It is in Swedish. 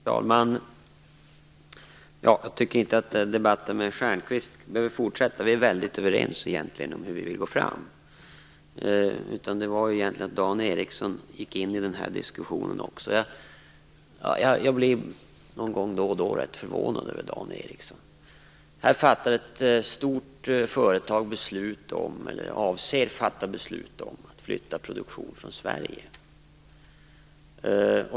Fru talman! Jag tycker inte att debatten med Stjernkvist behöver fortsätta. Vi är egentligen väldigt överens om hur vi vill gå fram. Men Dan Ericsson gick också in i diskussionen. Jag blir då och då rätt förvånad över Dan Ericsson. Här avser ett stort företag att fatta beslut om att flytta produktion från Sverige.